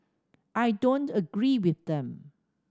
I don't agree with them